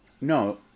No